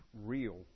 real